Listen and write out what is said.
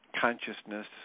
consciousness